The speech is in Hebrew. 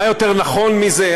מה יותר נכון מזה?